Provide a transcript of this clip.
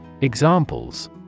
Examples